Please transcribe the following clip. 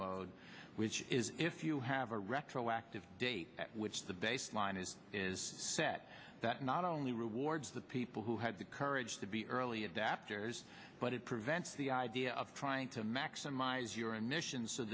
mode which is if you have a retroactive date at which the baseline is is set that not only rewards the people who had the courage to be early adapters but it prevents the idea of trying to maximize your emissions so